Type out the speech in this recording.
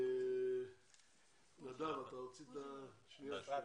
נדב, אתה רצית --- בקצרה,